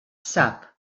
sap